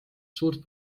suurt